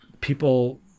People